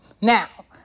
Now